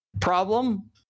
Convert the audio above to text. problem